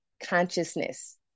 consciousness